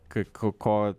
kai ko ko